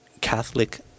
Catholic